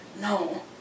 No